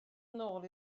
nôl